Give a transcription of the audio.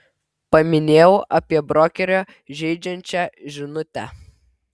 paminėjau apie brokerio žeidžiančią žinutę